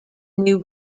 new